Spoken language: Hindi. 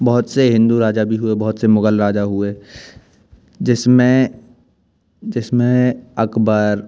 बहुत से हिन्दू राजा भी हुए बहुत से मुगल राजा हुए जिसमें जिसमें अकबर